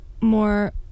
more